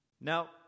Now